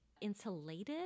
insulated